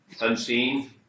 Unseen